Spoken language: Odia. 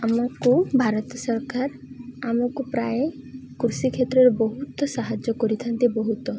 ଆମକୁ ଭାରତ ସରକାର ଆମକୁ ପ୍ରାୟ କୃଷି କ୍ଷେତ୍ରରେ ବହୁତ ସାହାଯ୍ୟ କରିଥାନ୍ତି ବହୁତ